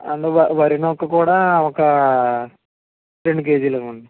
and వరి వరినూక కూడా ఒక రెండు కేజీలు ఇవ్వండి